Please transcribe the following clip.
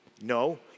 No